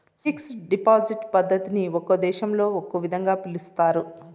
fixed deposit పద్ధతిని ఒక్కో దేశంలో ఒక్కో విధంగా పిలుస్తారు